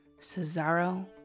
Cesaro